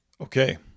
Okay